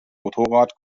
motorrad